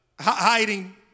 hiding